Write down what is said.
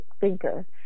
thinker